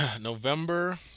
November